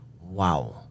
wow